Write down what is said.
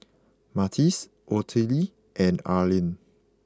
Martez Ottilie and Arlene